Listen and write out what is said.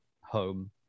home